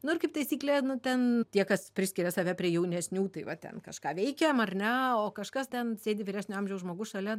nu ir kaip taisyklė ten tie kas priskiria save prie jaunesnių tai va ten kažką veikiam ar ne o kažkas ten sėdi vyresnio amžiaus žmogus šalia